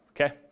okay